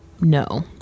No